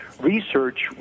research